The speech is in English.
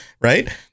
right